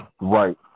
right